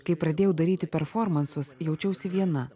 kai pradėjau daryti performansus jaučiausi viena